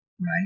Right